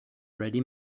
ready